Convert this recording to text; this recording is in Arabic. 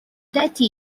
تأتي